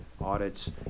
audits